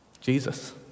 Jesus